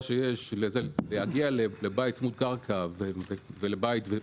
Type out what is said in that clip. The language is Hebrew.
ביותר שיש להגיע לבית צמוד קרקע ולבניין,